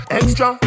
extra